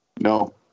No